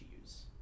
use